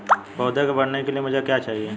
पौधे के बढ़ने के लिए मुझे क्या चाहिए?